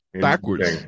backwards